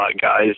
guys